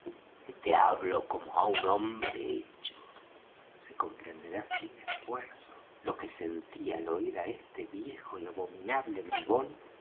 que te hablo como á un hombre hecho se comprenderá sin esfuerzo lo que sentí al oir á este viejo y abominable bribón